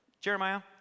Jeremiah